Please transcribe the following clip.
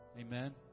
Amen